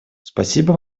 спасибо